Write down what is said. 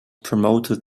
promoted